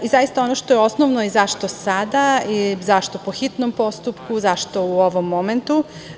Zaista, ono što je osnovno i zašto sada, i zašto po hitnom postupku, zašto u ovom momentu?